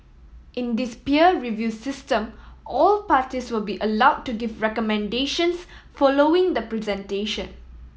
in this peer review system all parties will be allowed to give recommendations following the presentation